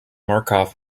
markov